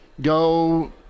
go